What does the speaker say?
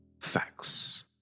Facts